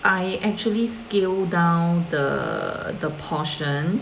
I actually scale down the the portion